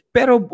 Pero